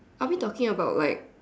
are we talking about like